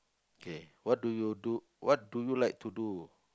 okay what do you do what do you like to do